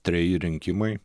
treji rinkimai